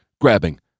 grabbing